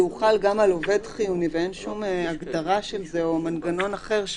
שהוא חל גם על עובד חיוני ואין שום הגדרה של זה או מנגנון אחר,